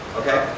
okay